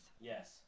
Yes